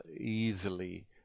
easily